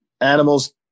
animals